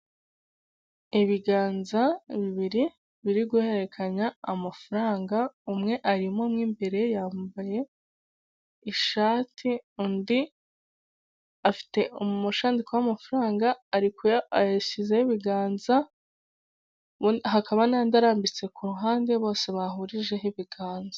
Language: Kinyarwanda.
Ibiganza bibiri biri guhererekanya amafaranga, umwe arimo mu imbere yambaye ishati undi afite umushandiko w'amafaranga ayashyizeho ibiganza, hakaba n'andi arambitse ku ruhande bose bahurijeho ibiganza.